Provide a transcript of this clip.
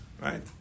right